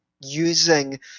using